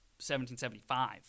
1775